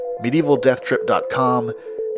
MedievalDeathTrip.com